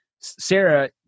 Sarah